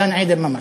גן-עדן ממש.